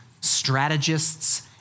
strategists